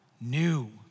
New